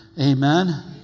Amen